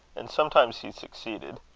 and sometimes he succeeded.